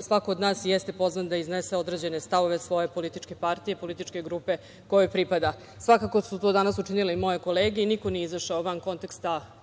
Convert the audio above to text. svako od nas jeste pozvan da iznese određene stavove svoje političke partije, političke grupe kojoj pripada. Svakako su to danas učinili moje kolege i niko nije izašao van konteksta teme,